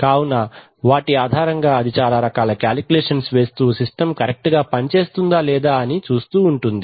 కావున వాటి ఆధారంగా అది చాలా రకాల కాలిక్యులేషన్స్ వేస్తూ సిస్టమ్ కరెక్ట్ గా పని చేస్తుందా లేదా అని చూస్తూ ఉంటుంది